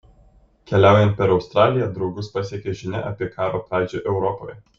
keliaujant per australiją draugus pasiekia žinia apie karo pradžią europoje